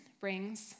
brings